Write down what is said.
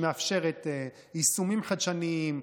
שמאפשרת יישומים חדשניים,